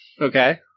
Okay